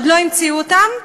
עוד לא המציאו אותם,